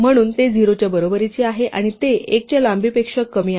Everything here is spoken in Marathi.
म्हणून ते 0 च्या बरोबरीचे आहे आणि ते l च्या लांबीपेक्षा कमी आहे